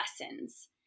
lessons